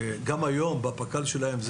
גם היום בפק"ל שלהם,